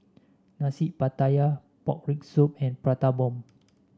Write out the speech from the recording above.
Nasi Pattaya Pork Rib Soup and Prata Bomb